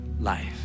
life